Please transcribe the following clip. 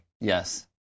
Yes